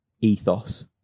ethos